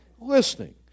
listening